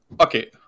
okay